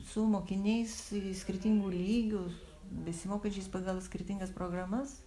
su mokiniais skirtingų lygių besimokančiais pagal skirtingas programas